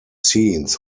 scenes